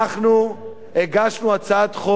אנחנו הגשנו הצעת חוק